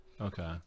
Okay